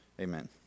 Amen